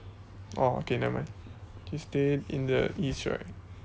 oh okay nevermind she stay in the east right